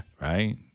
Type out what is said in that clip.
Right